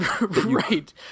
Right